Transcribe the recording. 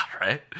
right